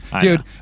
Dude